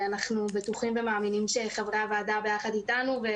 ואנחנו בטוחים ומאמינים שחברי הוועדה בייחד איתנו,